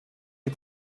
die